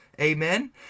amen